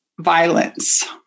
violence